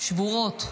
שבורות.